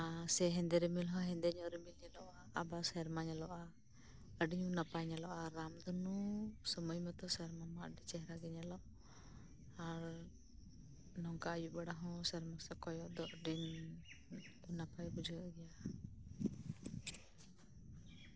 ᱟᱨ ᱥᱮ ᱦᱮᱸᱫᱮ ᱨᱤᱢᱤᱞ ᱦᱚᱸ ᱦᱮᱸᱫᱮ ᱧᱚᱜ ᱨᱤᱢᱤᱞ ᱧᱮᱞᱚᱜᱼᱟ ᱟᱵᱟᱨ ᱥᱮᱨᱢᱟ ᱧᱮᱞᱚᱜᱼᱟ ᱟᱹᱰᱤ ᱱᱟᱯᱟᱭ ᱧᱮᱞᱚᱜᱼᱟ ᱨᱟᱢ ᱫᱷᱚᱱᱩ ᱥᱚᱢᱚᱭ ᱢᱟᱛᱚ ᱥᱮᱨᱢᱟ ᱢᱟ ᱟᱹᱰᱤ ᱪᱮᱦᱨᱟ ᱜᱮ ᱧᱮᱞᱚᱜ ᱟᱨ ᱱᱚᱝᱠᱟ ᱟᱹᱭᱩᱵ ᱵᱮᱲᱟ ᱦᱚᱸ ᱥᱮᱨᱢᱟ ᱥᱮᱫ ᱠᱚᱭᱚᱜ ᱫᱚ ᱟᱹᱰᱤ ᱱᱟᱯᱟᱭ ᱵᱩᱡᱷᱟᱹᱜ ᱜᱮᱭᱟ